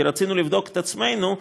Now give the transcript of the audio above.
כי רצינו לבדוק את עצמנו,